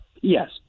yes